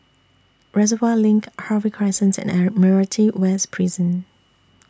Reservoir LINK Harvey Crescent and Admiralty West Prison